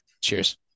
Cheers